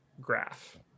graph